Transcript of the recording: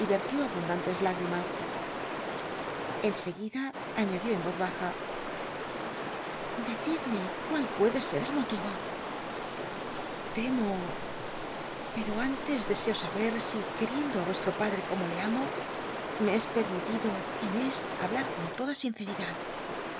les lágrimas en seguida añadió en voz baja decido e cuál puede ser el molivo biblioteca nacional de españa david copperfield temo pero anles deseo saber si qucticndo á vuestro pach'c como le amo me es permitido inés hablar con toda sinceridad